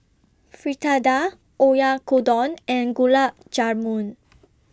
Fritada Oyakodon and Gulab Jamun